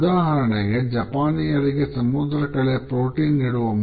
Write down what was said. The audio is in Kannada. ಉದಾಹರಣೆಗೆ ಜಪಾನಿಯರಿಗೆ ಸಮುದ್ರಕಳೆ ಪ್ರೋಟೀನ್ ನೀಡುವ ಮೂಲವಾದರೆ ಅಮೆರಿಕನ್ನರು ಈ ರೀತಿ ಭಾವಿಸುವುದಿಲ್ಲ